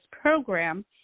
program